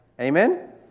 Amen